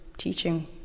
teaching